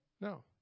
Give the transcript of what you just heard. No